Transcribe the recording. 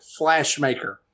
Flashmaker